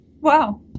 Wow